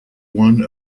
one